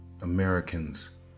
Americans